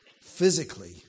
physically